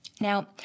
Now